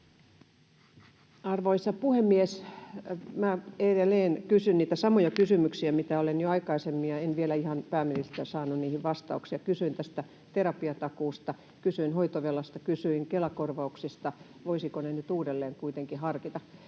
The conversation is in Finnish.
Arvoisa puhemies! Minä edelleen kysyn niitä samoja kysymyksiä kuin jo aikaisemmin, kun en ihan vielä pääministeriltä saanut niihin vastauksia. Kysyin terapiatakuusta, kysyin hoitovelasta, kysyin Kela-korvauksista, voisiko ne nyt uudelleen kuitenkin harkita.